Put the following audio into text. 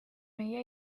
meie